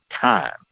time